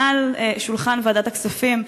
מעל שולחן ועדת הכספים,